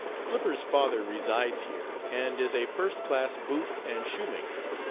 flipper's father resides here, and is a first-class boot and shoe maker.